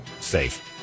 safe